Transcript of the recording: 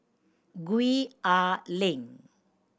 Gwee Ah Leng